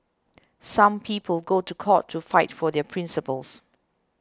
some people go to court to fight for their principles